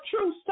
true